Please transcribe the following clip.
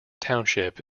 township